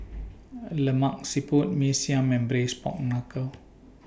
Lemak Siput Mee Siam and Braised Pork Knuckle